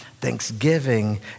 thanksgiving